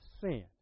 sin